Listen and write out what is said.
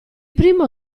primo